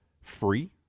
free